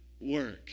work